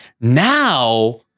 now-